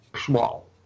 small